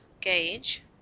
gauge